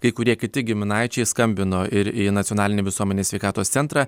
kai kurie kiti giminaičiai skambino ir į nacionalinį visuomenės sveikatos centrą